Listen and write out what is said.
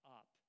up